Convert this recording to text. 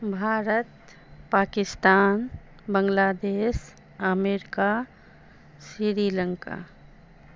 Bharat Pakistan Bangladesh America Sri Lanka